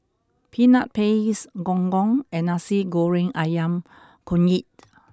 peanut paste gong gong and Nasi Goreng Ayam Kunyit